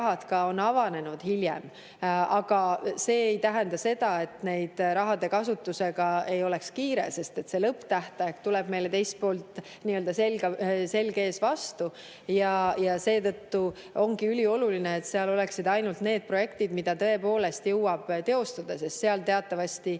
raha avanenud hiljem. Aga see ei tähenda seda, et selle raha kasutusega ei oleks kiire, sest lõpptähtaeg tuleb meile teiselt poolt nii‑öelda selg ees vastu. Seetõttu ongi ülioluline, et seal oleksid ainult need projektid, mida tõepoolest jõuab teostada, sest seal teatavasti